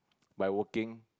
by working